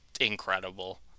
incredible